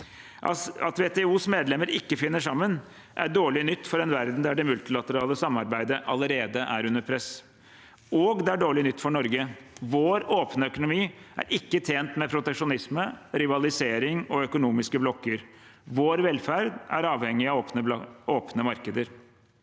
At WTOs medlemmer ikke finner sammen, er dårlig nytt for en verden der det multilaterale samarbeidet allerede er under press, og det er dårlig nytt for Norge. Vår åpne økonomi er ikke tjent med proteksjonisme, rivalisering og økonomiske blokker. Vår velferd er avhengig av åpne markeder.